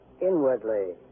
inwardly